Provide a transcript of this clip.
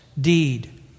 deed